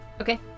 Okay